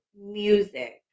music